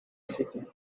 city